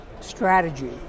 strategy